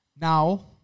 Now